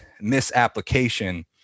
misapplication